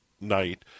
night